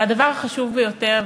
והדבר החשוב ביותר,